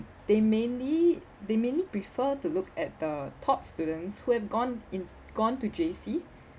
they mainly they mainly prefer to look at the top students who have gone in gone to J_C